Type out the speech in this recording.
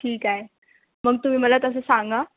ठीक आहे मग तुम्ही मला तसं सांगा